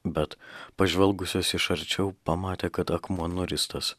bet pažvelgusios iš arčiau pamatė kad akmuo nuristas